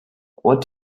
what